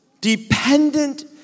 dependent